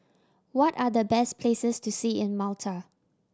what are the best places to see in Malta